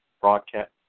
broadcast